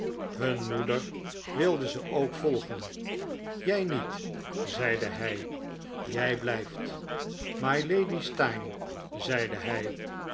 hun moeder wilde ze ook volgen jij niet zeide hij jij blijft mylady steyne zeide hij